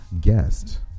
guest